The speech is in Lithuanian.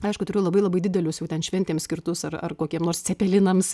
aišku turiu labai labai didelius jau ten šventėms skirtus ar ar kokiem nors cepelinams